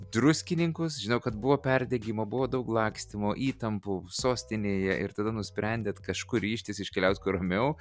druskininkus žinau kad buvo perdegimo buvo daug lakstymo įtampų sostinėje ir tada nusprendėt kažkur ryžtis iškeliaut kur ramiau